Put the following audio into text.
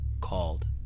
called